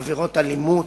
עבירות אלימות,